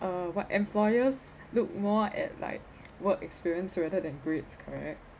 uh what employers look more at like work experience rather than grades correct